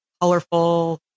colorful